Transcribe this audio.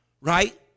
right